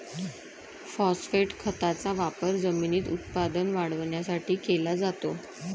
phosphate खताचा वापर जमिनीत उत्पादन वाढवण्यासाठी केला जातो